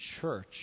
church